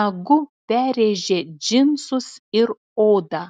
nagu perrėžė džinsus ir odą